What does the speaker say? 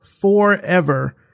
forever